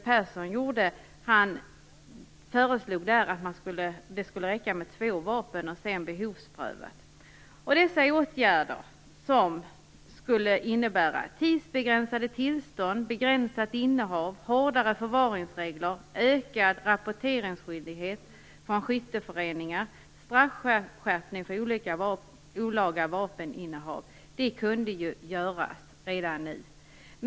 Persson gjorde föreslog han att det skulle räcka med två vapen och att man därefter skulle behovspröva. Dessa åtgärder, som skulle innebära tidsbegränsade tillstånd, begränsat innehav, hårdare förvaringsregler, ökad rapporteringsskyldighet från skytteföreningar och straffskärpning för olaga vapeninnehav kunde vidtas redan nu.